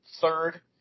third